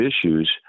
issues